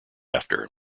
after